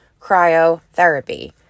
cryotherapy